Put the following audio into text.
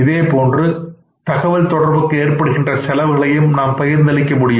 இதேபோன்று தகவல் தொடர்புக்கு ஏற்படுகின்றன செலவுகளையும் நாம் பகிர்ந்து அளிக்க முடியும்